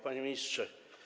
Panie Ministrze!